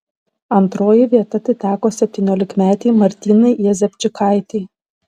antroji vieta atiteko septyniolikmetei martynai jezepčikaitei